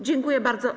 Dziękuję bardzo.